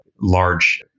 large